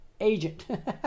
agent